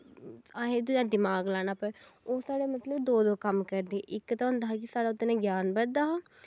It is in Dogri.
असें एह्दे च दमाक लाना उस दा मतलव दो दो कम्म करदी इक ता होंदी हा कि ओह्दै नै साढ़ा ग्यान बधदा हा